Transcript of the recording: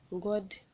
God